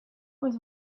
was